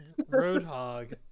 Roadhog